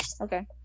Okay